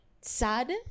sad